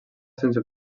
sense